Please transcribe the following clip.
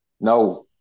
No